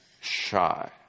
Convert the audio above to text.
shy